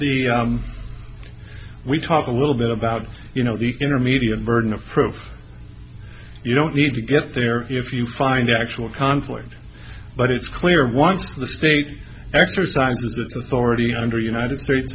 we've talked a little bit about you know the intermediate burden of proof you don't need to get there if you find the actual conflict but it's clear once the state exercises its authority under united states